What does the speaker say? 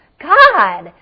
God